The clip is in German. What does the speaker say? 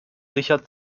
richard